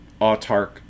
Autark